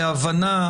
בהבנה,